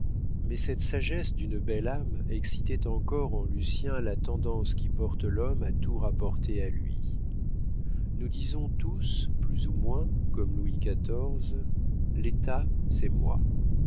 mais cette sagesse d'une belle âme excitait encore en lucien la tendance qui porte l'homme à tout rapporter à lui nous disons tous plus ou moins comme louis xiv l'état c'est moi